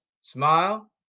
Smile